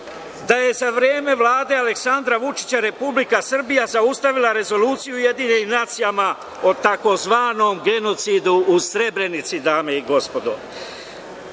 je za vreme Vlade Aleksandra Vučića Republika Srbija zaustavila rezoluciju u UN o tzv. genocidu u Srebrenici, dame i gospodo. Da